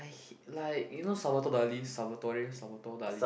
i like you know Salvatore Dali Salvatore Salvatore Dali